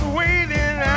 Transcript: waiting